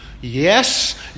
Yes